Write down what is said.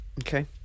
Okay